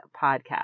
podcast